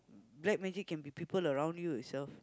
black magic can be people around you itself